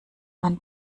man